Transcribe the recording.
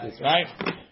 Right